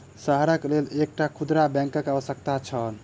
शहरक लेल एकटा खुदरा बैंकक आवश्यकता छल